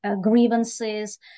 grievances